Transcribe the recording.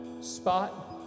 spot